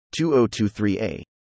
2023a